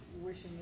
wishing